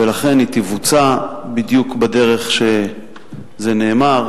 ולכן היא תבוצע בדיוק בדרך שזה נאמר,